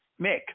Mick